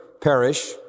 perish